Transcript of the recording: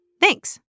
Thanks